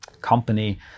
company